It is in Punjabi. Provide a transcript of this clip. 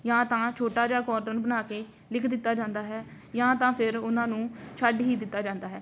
ਜਾਂ ਤਾਂ ਛੋਟਾ ਜਿਹਾ ਕੋਰਨਰ ਬਣਾ ਕੇ ਲਿਖ ਦਿੱਤਾ ਜਾਂਦਾ ਹੈ ਜਾਂ ਤਾਂ ਫਿਰ ਉਹਨਾਂ ਨੂੰ ਛੱਡ ਹੀ ਦਿੱਤਾ ਜਾਂਦਾ ਹੈ